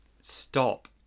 stop